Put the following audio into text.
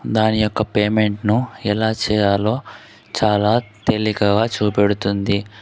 దాని యొక్క పేమెంట్ను ఎలా చేయాలో చాలా తేలికగా చూపెడుతుంది